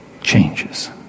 changes